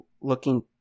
looking